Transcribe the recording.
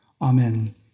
Amen